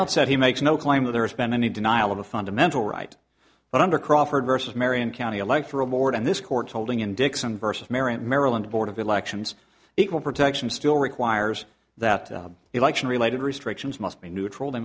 outset he makes no claim of there has been any denial of a fundamental right but under crawford versus marion county electoral board and this court's holding in dixon versus maryland board of elections equal protection still requires that election related restrictions must be neutral they